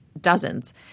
Dozens